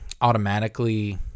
automatically